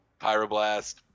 pyroblast